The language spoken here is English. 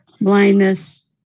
blindness